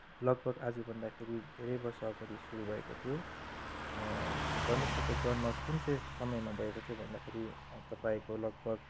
लगभग आज भन्दाखेरि धेरै वर्ष अगाडि सुरु भएको थियो परमेश्वरको जन्म कुन चाहिँ समयमा भएको थियो भन्दाखेरि तपाईँको लगभग